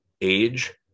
age